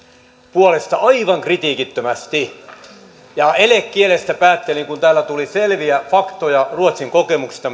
puolesta aivan kritiikittömästi ja kun täällä tuli selviä faktoja ruotsin kokemuksista